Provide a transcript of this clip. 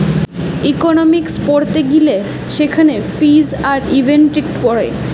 economics পড়তে গিলে সেখানে ফিজ আর ইফেক্টিভ পড়ে